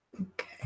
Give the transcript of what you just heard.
Okay